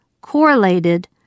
correlated